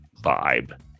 vibe